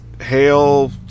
hail